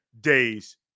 days